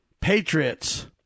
patriots